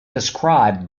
described